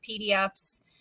pdfs